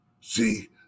See